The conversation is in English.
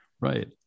right